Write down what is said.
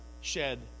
shed